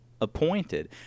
appointed